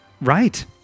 Right